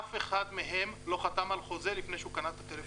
ואף אחד מהם לא חתם על שום חוזה לפני שהוא קנה את הטלפון.